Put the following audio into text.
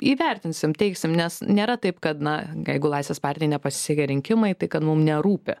įvertinsim teiksim nes nėra taip kad na jeigu laisvės partijai nepasisekė rinkimai tai kad mum nerūpi